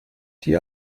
die